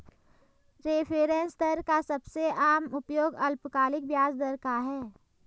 reference दर का सबसे आम उपयोग अल्पकालिक ब्याज दर का है